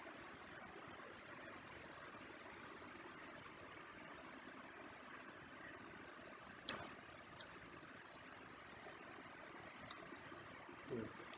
mm